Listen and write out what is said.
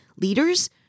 leaders